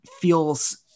feels